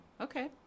Okay